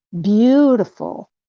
beautiful